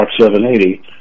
780